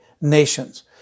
nations